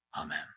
Amen